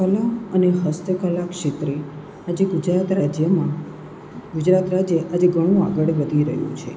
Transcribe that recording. કલા અને હસ્તકલા ક્ષેત્રે હજી ગુજરાત રાજ્યમાં ગુજરાત રાજ્ય આજે ઘણું આગળ વધી રહ્યું છે